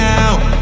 Now